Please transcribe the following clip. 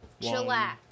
Chillax